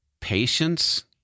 Patience